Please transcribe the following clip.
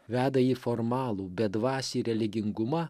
veda į formalų bedvasį religingumą